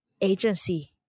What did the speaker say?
agency